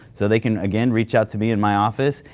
so they can again reach out to me and my office.